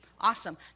awesome